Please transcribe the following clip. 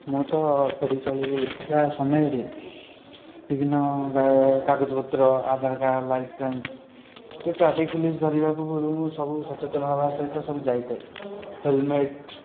ମୁଁ ତ ଗାଡ଼ି ଚଳାଇବା ସମୟରେ ବିଭିନ୍ନ କାଗଜପତ୍ର ଆଧାରକାର୍ଡ଼ ଲାଇସେନ୍ସ ଟ୍ରାଫିକ୍ ପୋଲିସ୍ ଧରିବା ପୂର୍ବରୁ ମୁଁ ସବୁ ସଚେତନ ହେବା ସହିତ ସବୁ ଯାଇଥାଏ ହେଲମେଟ୍